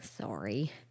Sorry